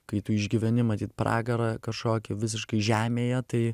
kai tu išgyveni matyt pragarą kažkokį visiškai žemėje tai